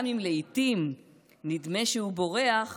גם אם לעיתים נדמה שהוא בורח,